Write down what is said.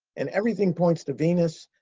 and everything points to venus,